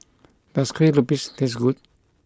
does Kue Lupis taste good